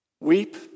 weep